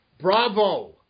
Bravo